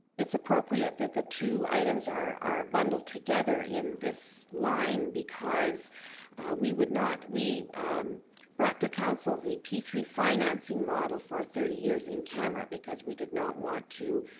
it's appropriate that the two items are are bundled together in this line because we would not we brought to council the p three financing model for thirty years in-camera because we did not want to